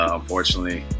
unfortunately